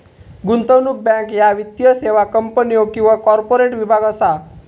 गुंतवणूक बँक ह्या वित्तीय सेवा कंपन्यो किंवा कॉर्पोरेट विभाग असा